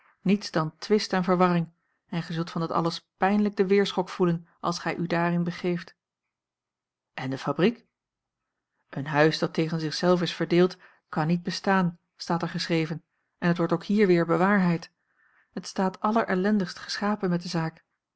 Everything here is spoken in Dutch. niets dan twist en verwarring en gij zult van dat alles pijnlijk den weerschok voelen als gij u daarin begeeft en de fabriek een huis dat tegen zich zelf is verdeeld kan niet bestaan staat er geschreven en het wordt ook hier weer bewaarheid het staat allerellendigst geschapen met de zaak